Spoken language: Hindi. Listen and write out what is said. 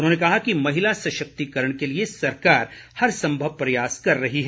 उन्होंने कहा कि महिला सशक्तिकरण के लिए सरकार हर संभव प्रयास कर रही है